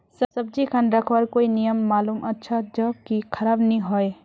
सब्जी खान रखवार कोई नियम मालूम अच्छा ज की खराब नि होय?